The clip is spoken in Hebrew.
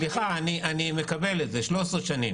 סליחה, אני מקבל את זה, 13 שנים.